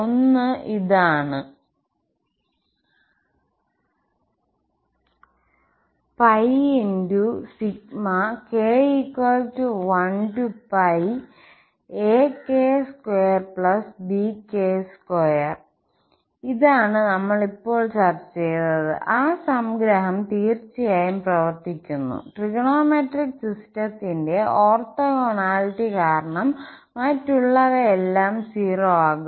ഒന്ന് ഇതാണ് ഇതാണ് നമ്മൾ ഇപ്പോൾ ചർച്ച ചെയ്തത് ആ സംഗ്രഹം തീർച്ചയായും പ്രവർത്തിക്കുന്നു ട്രിഗണോമെട്രിക് സിസ്റ്റത്തിന്റെ ഓർത്തോഗോണാലിറ്റി കാരണം മറ്റുള്ളവയെല്ലാം 0 ആകും